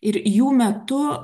ir jų metu